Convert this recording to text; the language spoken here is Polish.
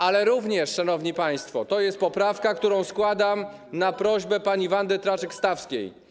Ale również, szanowni państwo, oto poprawka, którą składam na prośbę pani Wandy Traczyk-Stawskiej.